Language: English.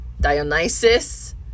dionysus